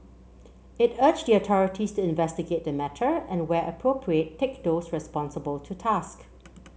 it urged the authorities to investigate the matter and where appropriate take those responsible to task